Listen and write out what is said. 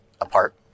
apart